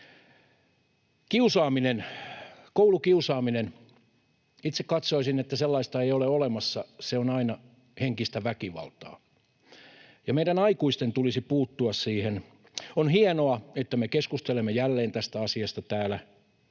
Kiusaaminen, koulukiusaaminen — itse katsoisin, että sellaista ei ole olemassa, se on aina henkistä väkivaltaa. Ja meidän aikuisten tulisi puuttua siihen. On hienoa, että me keskustelemme jälleen tästä asiasta täällä,